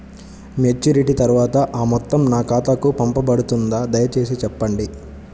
Maturity తర్వాత ఆ మొత్తం నా ఖాతాకు పంపబడుతుందా? దయచేసి చెప్పండి?